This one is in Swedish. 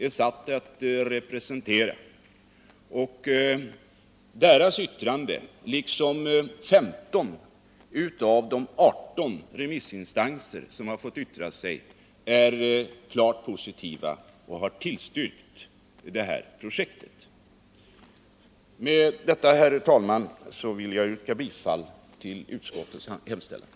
Den här gruppens yttrande, liksom yttrandena från 15 av de 18 remissinstanser som har fått yttra sig, är klart positivt och har tillstyrkt det här projektet. Med detta, herr talman, vill jag yrka bifall till utskottets hemställan.